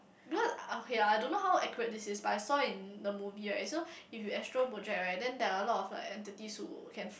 because okay lah I don't know how accurate this is but I saw in the movie right so if you astral project right then there are a lot of like entities who can